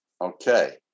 Okay